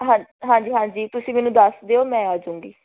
ਹਾ ਹਾਂਜੀ ਹਾਂਜੀ ਤੁਸੀਂ ਮੈਨੂੰ ਦੱਸ ਦਿਓ ਮੈਂ ਆਜੂਗੀ